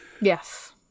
yes